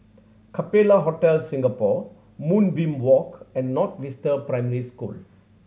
Capella Hotel Singapore Moonbeam Walk and North Vista Primary School